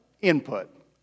input